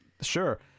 sure